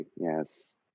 yes